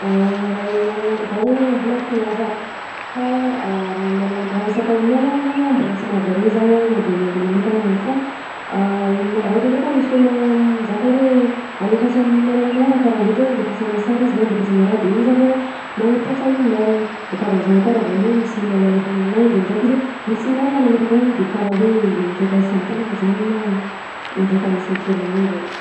Ah raha email, a zah zany mbola sy miasa fa raha email ndra- raha resaka email longany a mbola sy mahavoray zaho na de email manokana azany fa email raha ohatra ndreky misy olona mizaka hoe alefaso amin'ny email aminah raha karaha anzao ohatra hoe adefasana sary izy na adefasana raha de iny zaho vao mampiasa email de karaha zany koa raha vao hoe misy email alefa any aminahy de mizaka izy hoe misy email nalefako any de karaha hoe indraika isambolana zany na indraika isan-kerignandro.